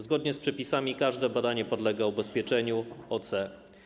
Zgodnie z przepisami każde badanie podlega ubezpieczeniu OC.